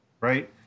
right